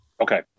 okay